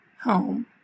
home